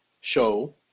show